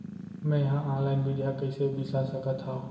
मे हा अनलाइन बीजहा कईसे बीसा सकत हाव